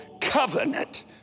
covenant